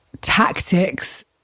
tactics